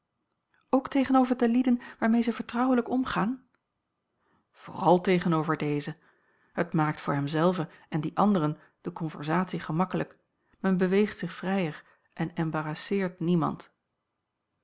ook tegenover de lieden waarmee zij vertrouwelijk omgaan vooral tegenover deze het maakt voor hem zelven en die anderen de conversatie gemakkelijk men beweegt zich vrijer en embarrasseert niemand